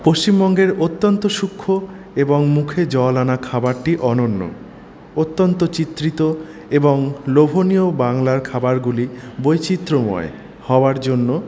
পশ্চিমবঙ্গের অত্যন্ত সূক্ষ্ম এবং মুখে জল আনা খাবারটি অনন্য অত্যন্ত চিত্রিত এবং লোভনীয় বাংলার খাবারগুলি বৈচিত্র্যময় হওয়ার জন্য